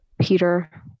Peter